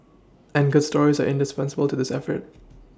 and good stories are indispensable to this effort